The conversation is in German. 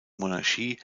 monarchie